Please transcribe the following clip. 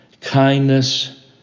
kindness